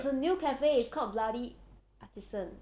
there's a new cafe is called bloody artisan